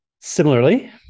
Similarly